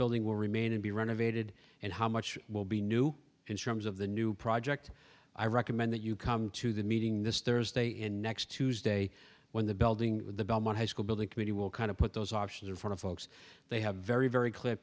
building will remain to be renovated and how much will be new instrument of the new project i recommend that you come to the meeting this thursday and next tuesday when the building the belmont high school building committee will kind of put those options in front of folks they have very very clear